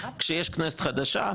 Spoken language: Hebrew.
כשיש כנסת חדשה,